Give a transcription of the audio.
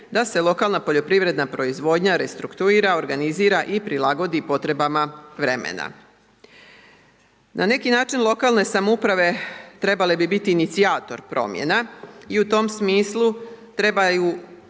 da se lokalna poljoprivredna proizvodnja restrukturira, organizira i prilagodi potrebama vremena. Na neki način, lokalne samouprave trebale bi biti inicijator promjena i u tom smislu trebaju